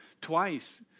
twice